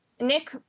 nick